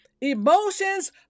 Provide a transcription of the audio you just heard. emotions